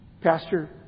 Pastor